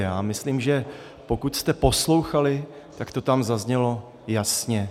Já myslím, že pokud jste poslouchali, tak to tam zaznělo jasně.